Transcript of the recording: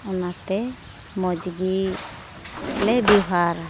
ᱚᱱᱟᱛᱮ ᱢᱚᱡᱽ ᱜᱮᱞᱮ ᱵᱮᱣᱦᱟᱨᱟ